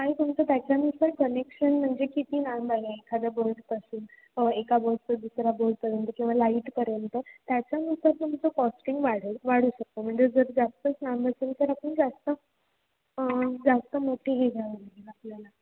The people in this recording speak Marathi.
आणि तुमचं त्याच्यानुसार कनेक्शन म्हणजे किती लांब आहे एखाद्या बोर्डपासून एका बोर्डचं दुसऱ्या बोर्डपर्यंत किंवा लाईटपर्यंत त्याच्यानुसार तुमचं कॉस्टिंग वाढेल वाढू शकतं म्हणजे जर जास्तच लांब असेल तर आपण जास्त जास्त मोठी ही घ्यावी लागेल आपल्याला